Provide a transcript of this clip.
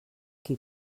qui